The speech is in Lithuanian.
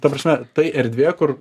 ta prasme tai erdvė kur